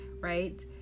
Right